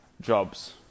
jobs